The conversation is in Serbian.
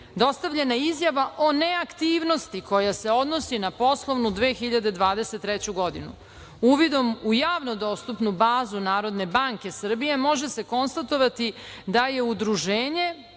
dostavljena izjava o neaktivnosti, koja se odnosi na poslovnu 2023. godinu. Uvidom u javno dostupnu bazu Narodne banke Srbije, može se konstatovati da je Udruženje